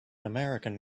american